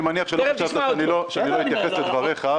אני מניח שלא אתייחס לדבריך,